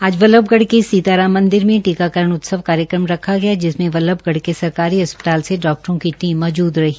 आज बल्लभगढ़ के सीताराम मंदिर में टीकाकरण उत्सव कार्यक्रम रखा गया जिसमें बल्लभगढ़ सरकारी अस्पताल से डाक्टरों की टीम मौजूद रही